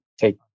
take